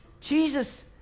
Jesus